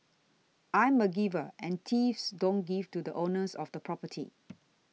I'm a giver and thieves don't give to the owners of the property